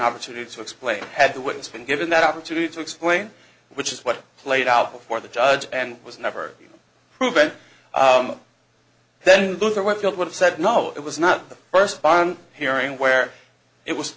opportunity to explain had the witness been given that opportunity to explain which is what played out before the judge and was never proven then look at what it would have said no it was not the first bond hearing where it was